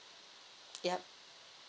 yup